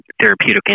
therapeutic